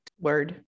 word